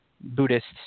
Buddhists